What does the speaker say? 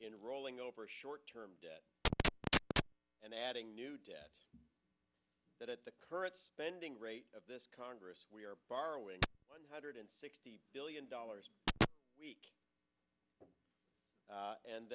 in rolling over short term debt and adding new debt that at the current spending rate of this congress we are borrowing one hundred sixty billion dollars a week